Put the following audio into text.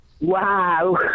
Wow